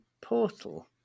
portal